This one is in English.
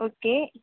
okay